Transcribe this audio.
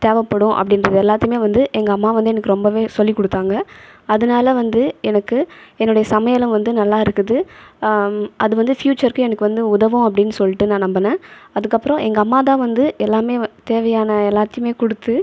தேவைப்படும் அப்படின்றது எல்லாத்தையுமே வந்து எங்கள் அம்மா வந்து எனக்கு ரொம்பவே சொல்லி கொடுத்தாங்க அதனால் வந்து எனக்கு என்னுடைய சமையலும் வந்து நல்லா இருக்குது அது வந்து ஃப்யூசருக்கு எனக்கு வந்து உதவும் அப்படின்னு சொல்லிட்டு நான் நம்பினேன் அதுக்கப்புறம் எங்கள் அம்மாதான் வந்து எல்லாமே தேவையான எல்லாத்தையுமே கொடுத்து